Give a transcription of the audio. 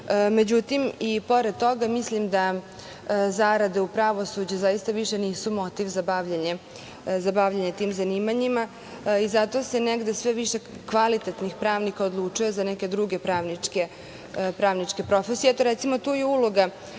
Međutim, i pored toga, mislim da zarade u pravosuđu zaista više nisu motiv za bavljenje tim zanimanjima i zato se negde sve više kvalitetnih pravnika odlučuje za neke druge pravničke profesije. Eto,